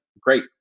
great